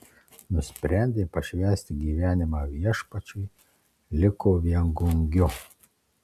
nusprendė pašvęsti gyvenimą viešpačiui liko viengungiu